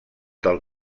del